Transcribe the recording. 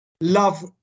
love